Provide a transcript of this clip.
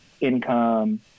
income